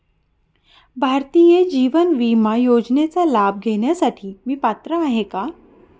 भारतीय जीवन विमा योजनेचा लाभ घेण्यासाठी मी पात्र आहे का?